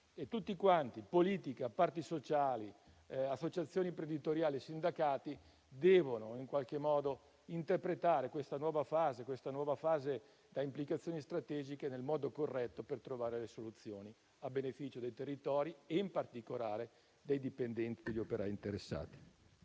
Tutti quanti, politica, parti sociali, associazioni imprenditoriali e sindacati, devono interpretare questa nuova fase, con le relative implicazioni strategiche, nel modo corretto per trovare soluzioni a beneficio dei territori e, in particolare, dei dipendenti e degli operai interessati.